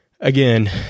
again